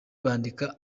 bandika